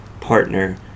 partner